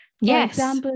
Yes